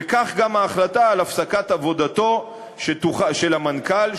וכך גם ההחלטה על הפסקת עבודתו של המנכ"ל,